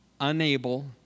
unable